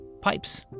pipes